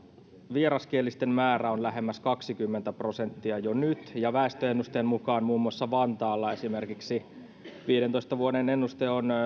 vieraskielisten määrä on nyt jo lähemmäs kaksikymmentä prosenttia ja väestöennusteen mukaan muun muassa vantaalla esimerkiksi viidentoista vuoden ennuste on